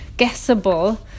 Guessable